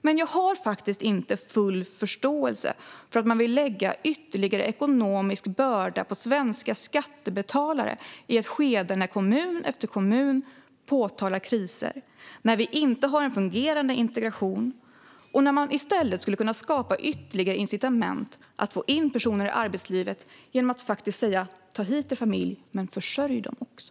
Men jag har faktiskt inte full förståelse för att man vill lägga ytterligare ekonomisk börda på svenska skattebetalare i ett skede när kommun efter kommun påtalar kriser, när vi inte har en fungerande integration och när man i stället skulle kunna skapa ytterligare incitament att få in personer i arbetslivet genom att säga: Ta hit er familj, men försörj den också!